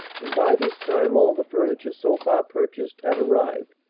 and by this time all the furniture so far purchased had arrived,